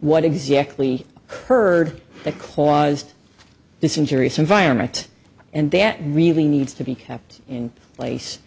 what exactly curd that caused this injurious environment and that really needs to be kept in place